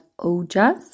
ojas